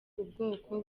ubwoko